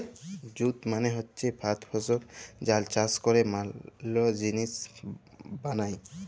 jute মালে হচ্যে পাট ফসল যার চাষ ক্যরে ম্যালা জিলিস বালাই